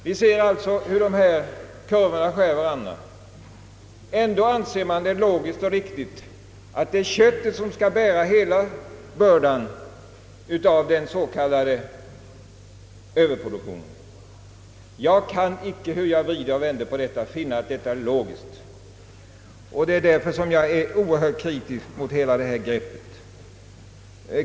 Vi ser alltså hur kurvorna skär varandra. Ändå anser man det logiskt och riktigt att köttet skall bära hela bördan av den s.k. överproduktionen. Jag kan icke, hur jag än vrider och vänder på problemet, finna att detta är logiskt. Därför är jag oerhört kritisk mot hela det här greppet.